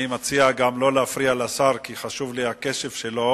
אני מציע לשר לא להפריע, כי חשוב לי הקשב שלו